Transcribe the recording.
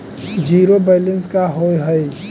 Zero balance का होव हइ?